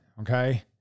okay